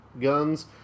guns